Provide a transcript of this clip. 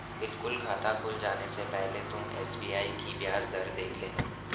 बिल्कुल खाता खुल जाने से पहले तुम एस.बी.आई की ब्याज दर देख लेना